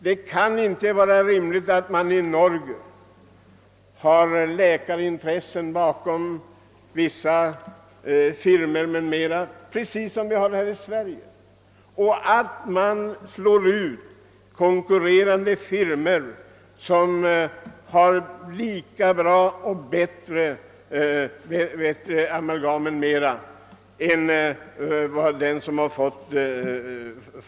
Det är inte en rimlig ordning att det, såsom fallet är t.ex. i Norge, finns affärsintressen hos de läkare som i statliga institutioner förordar vissa firmors produkter, varvid firmor som har lika bra eller bättre amalgam slås ut.